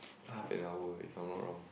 half an hour if I'm not wrong